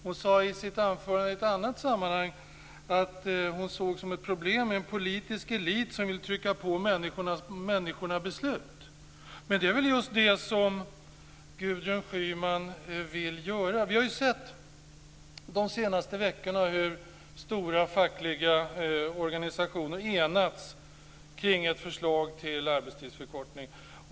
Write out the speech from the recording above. Hon sade i sitt anförande, i ett annat sammanhang, att hon såg det som ett problem med en politisk elit som vill trycka på människorna beslut. Men det är väl just det som Gudrun Schyman vill göra. Vi har de senaste veckorna sett hur stora fackliga organisationer enats kring ett förslag till arbetstidsförkortning.